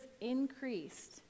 increased